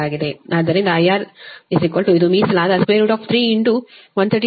ಆದ್ದರಿಂದ IR ಇದು ಮೀಸಲಾದ 3 13210 ನಿಮ್ಮ 103 ಅದು ಬರುತ್ತಿದೆ 437